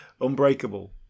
Unbreakable